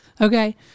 Okay